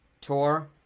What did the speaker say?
tour